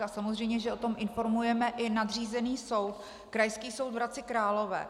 A samozřejmě že o tom informujeme i nadřízený soud, Krajský soud v Hradci Králové.